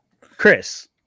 Chris